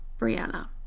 Brianna